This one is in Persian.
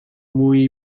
مویی